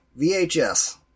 VHS